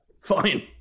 fine